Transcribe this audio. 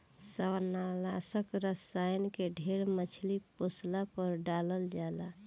शैवालनाशक रसायन के ढेर मछली पोसला पर डालल जाला